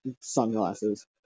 sunglasses